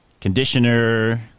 conditioner